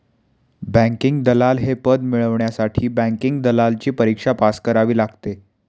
banking दलाल हे पद मिळवण्यासाठी बँकिंग दलालची परीक्षा पास करावी लागते